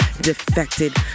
Defected